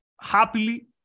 happily